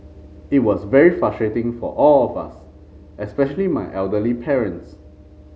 it was very frustrating for all of us especially my elderly parents